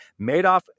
Madoff